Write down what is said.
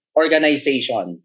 organization